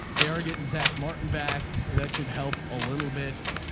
they are getting zach martin back, that should help a little bit.